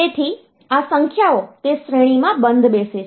તેથી આ સંખ્યાઓ તે શ્રેણીમાં બંધબેસે છે